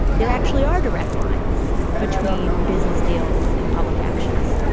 there actually are direct lines between business deals and public actions.